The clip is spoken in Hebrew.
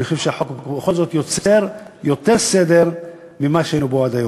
אני חושב שבכל זאת החוק יוצר יותר סדר לעומת מה שהיינו בו עד היום.